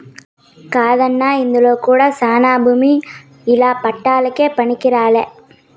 కాదన్నా అందులో కూడా శానా భూమి ఇల్ల పట్టాలకే పనికిరాలే